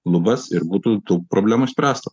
lubas ir būtų tų problema išspręsta